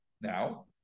Now